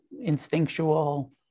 instinctual